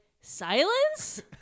silence